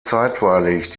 zeitweilig